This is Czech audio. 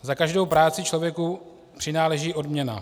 Za každou práci člověku přináleží odměny.